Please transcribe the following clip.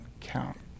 count